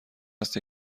است